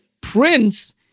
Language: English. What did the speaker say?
Prince